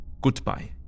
goodbye